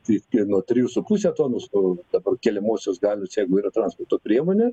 tiktai nuo trijų su puse tonos o dabar keliamosios galios jeigu yra transporto priemonė